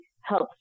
help